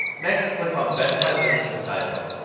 next, click on best by links in the sidebar.